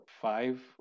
five